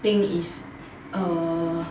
thing is err